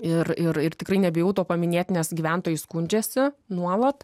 ir ir ir tikrai nebijau to paminėti nes gyventojai skundžiasi nuolat